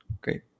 Great